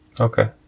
okay